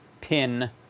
pin